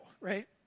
right